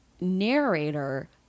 narrator